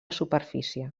superfície